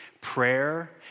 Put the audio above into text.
Prayer